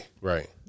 Right